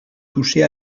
toucher